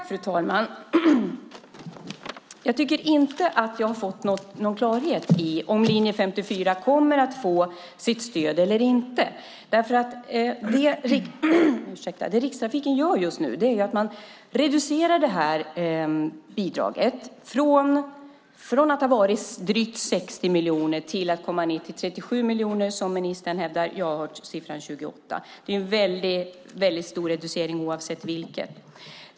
Fru talman! Jag tycker inte att jag har fått någon klarhet i om linje 54 kommer att få stöd eller inte. Rikstrafiken reducerar bidraget från att ha varit drygt 60 miljoner ned till 37 miljoner, som ministern hävdar. Jag har hört siffran 28. Det är en stor reducering oavsett vilken siffra.